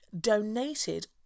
donated